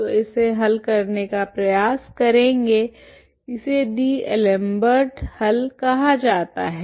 तो इसे हल करने का प्रयास करेंगे इसे डीएलेम्बर्ट हल कहा जाता है